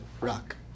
rock